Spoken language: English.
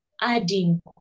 adding